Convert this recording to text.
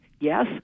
Yes